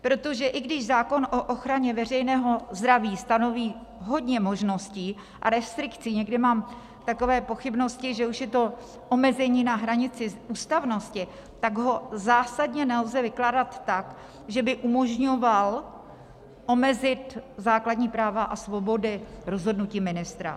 Protože i když zákon o ochraně veřejného zdraví stanoví hodně možností a restrikcí někdy mám takové pochybnosti, že už je to omezení na hranice ústavnosti tak ho zásadně nelze vykládat tak, že by umožňoval omezit základní práva a svobody rozhodnutím ministra.